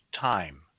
time